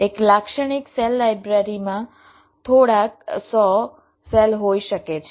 એક લાક્ષણિક સેલ લાઇબ્રેરીમાં થોડાક સો સેલ હોઈ શકે છે